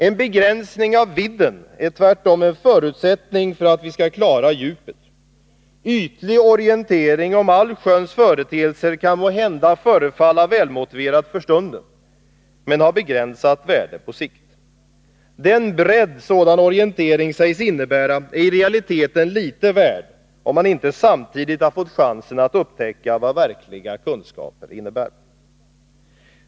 En begränsning av vidden är tvärtom en förutsättning för att vi skall klara djupet. Ytlig orientering om allsköns företeelser kan måhända förefalla välmotiverad för stunden men har begränsat värde på sikt. Den bredd sådan orientering sägs innebära är i realiteten litet värd, om man inte samtidigt har fått chansen att upptäcka vad verkliga kunskaper innebär.